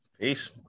peace